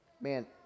man